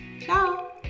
Ciao